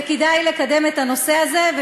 וכדאי לקדם את הנושא הזה,